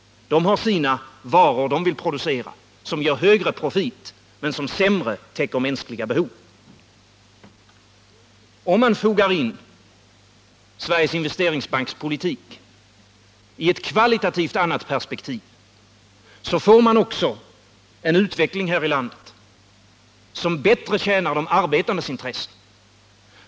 Den har sina varor som den vill producera, sådana som ger högre profit men som sämre täcker mänskliga behov. Om man fogar in Sveriges Investeringsbanks politik i ett kvalitativt sett annat perspektiv, så får man också en utveckling här i landet som bättre tjänar de arbetandes intressen.